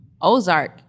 Ozark